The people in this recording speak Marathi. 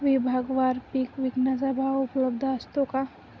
विभागवार पीक विकण्याचा भाव उपलब्ध असतो का?